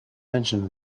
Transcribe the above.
mentioned